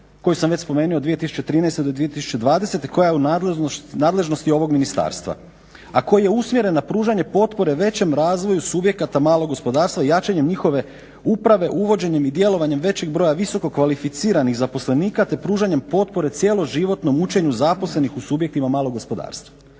koji sam već spomenuo 2013.-2020.koja je u nadležnosti ovog ministarstva a koji je usmjeren na pružanje potpore većem razvoju subjekata malog gospodarstva i jačanjem njihove uprave uvođenjem i djelovanjem većeg broja visoko kvalificiranih zaposlenika te pružanjem potpore cijeloživotnom učenju zaposlenih u subjektima malog gospodarstva.